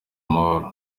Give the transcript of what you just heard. amahoro